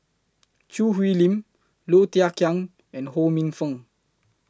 Choo Hwee Lim Low Thia Khiang and Ho Minfong